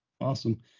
Awesome